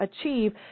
achieve